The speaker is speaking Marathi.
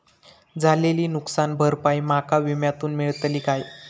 झालेली नुकसान भरपाई माका विम्यातून मेळतली काय?